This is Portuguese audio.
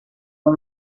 com